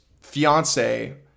fiance